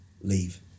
leave